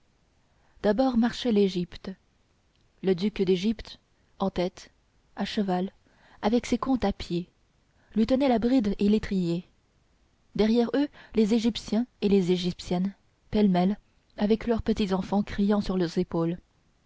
d'abord marchait l'égypte le duc d'égypte en tête à cheval avec ses comtes à pied lui tenant la bride et l'étrier derrière eux les égyptiens et les égyptiennes pêle-mêle avec leurs petits enfants criant sur leurs épaules